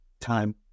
time